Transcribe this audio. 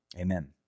amen